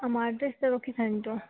ଆମ ଆଡ୍ରେସ୍ଟା ରଖିଥାନ୍ତୁ